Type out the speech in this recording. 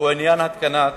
הוא עניין התקנת